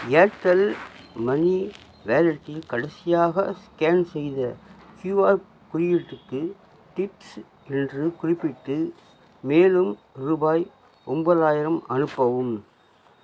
Airtel money வாலெட்டில் கடைசியாக scan செய்த க்யூஆர் குறியீட்டுக்கு டிப்ஸ் என்று குறிப்பிட்டு மேலும் ரூபாய் ஒன்பதாயிரம் அனுப்பவும்